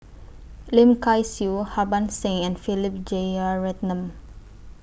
Lim Kay Siu Harbans Singh and Philip Jeyaretnam